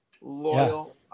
loyal